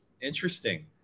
Interesting